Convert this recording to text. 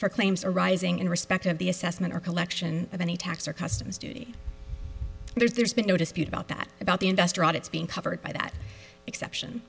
for claims arising in respect of the assessment or collection of any tax or customs duty there's there's been no dispute about that about the investor audits being covered by that exception